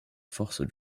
force